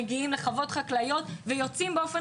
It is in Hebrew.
מגיעים לחוות חקלאיות ויוצאים באופן